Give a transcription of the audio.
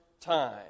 time